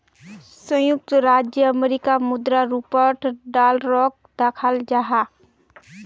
संयुक्त राज्य अमेरिकार मुद्रा रूपोत डॉलरोक दखाल जाहा